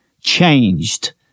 changed